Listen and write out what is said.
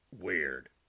Weird